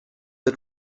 the